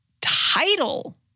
title